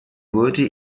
wurde